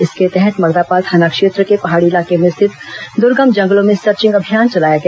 इसके तहत मर्दापाल थाना क्षेत्र के पहाड़ी इलाके में स्थित दुर्गम जंगलों में सर्चिंग अभियान चलाया गया